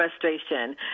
frustration